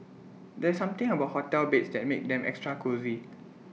there's something about hotel beds that makes them extra cosy